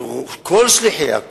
שכל שליחיה,